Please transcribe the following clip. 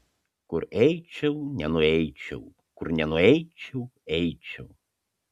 kur eičiau nenueičiau kur nenueičiau eičiau